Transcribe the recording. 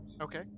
Okay